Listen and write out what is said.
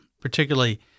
particularly